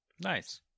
Nice